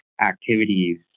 activities